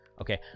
Okay